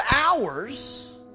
hours